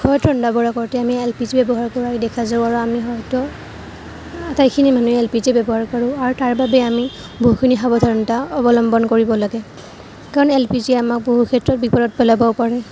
ঘৰত ৰন্ধা বঢ়া কৰোঁতে আমি এল পি জি ব্যৱহাৰ কৰাই দেখা যায় আৰু আমি হয়তো আটাইখিনি মানুহে এল পি জি ব্যৱহাৰ কৰোঁ আৰু তাৰ বাবেই আমি বহুখিনি সাৱধানতা অৱলম্বন কৰিব লাগে কাৰণ এল পি জিয়ে আমাক বহু ক্ষেত্ৰত বিপদত পেলাবও পাৰে